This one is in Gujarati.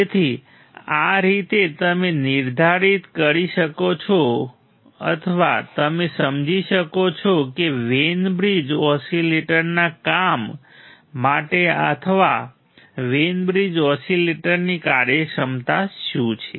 તેથી આ રીતે તમે નિર્ધારિત કરી શકો છો અથવા તમે સમજી શકો છો કે વેઇન બ્રિજ ઓસિલેટરના કામ માટે અથવા વેઇન બ્રિજ ઓસિલેટરની કાર્યક્ષમતા શું છે